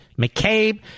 McCabe